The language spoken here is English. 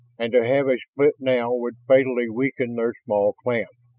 and to have a split now would fatally weaken their small clan.